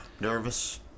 Nervous